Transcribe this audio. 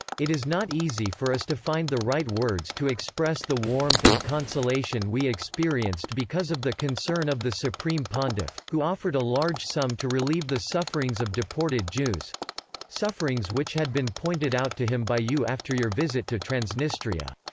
it is not easy for us to find the right words to express the warmth and consolation we experienced because of the concern of the supreme pontiff, who offered a large sum to relieve the sufferings of deported jews sufferings which had been pointed out to him by you after your visit to transnistria.